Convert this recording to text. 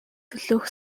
төлөөх